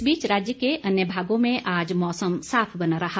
इस बीच राज्य के अन्य भागों में आज मौसम साफ बना रहा